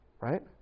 Right